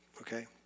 okay